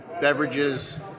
beverages